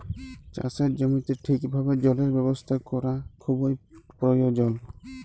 চাষের জমিতে ঠিকভাবে জলের ব্যবস্থা ক্যরা খুবই পরয়োজল